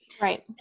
Right